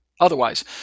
otherwise